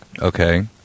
Okay